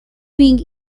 being